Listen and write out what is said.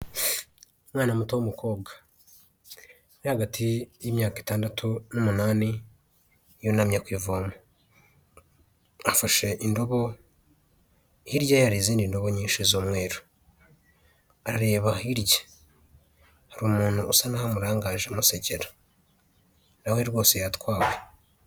Umwana muto w'umukobwa uri hagati y'imyaka itandatu n'umunani yunamye ku ivoma afashe indobo hirya ye harizindi ndobo nyinshi z'umweru areba hirya hari umuntu usa naho amurangaje amusekera nawe rwose yatwawe.